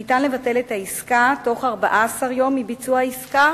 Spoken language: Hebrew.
ניתן לבטל את העסקה בתוך 14 יום מביצוע העסקה